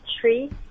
Tree